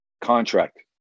contract